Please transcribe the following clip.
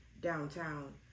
downtown